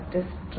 പങ്കിടൽ മാതൃക